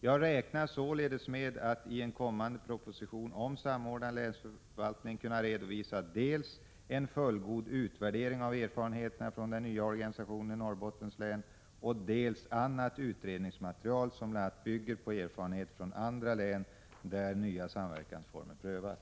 Jag räknar således med att i en kommande proposition om samordnad länsförvaltning kunna redovisa dels en fullgod utvärdering av erfarenheterna från den nya organisationen i Norrbottens län, dels annat utredningsmaterial som bl.a. bygger på erfarenheter från andra län där nya samverkansformer prövas.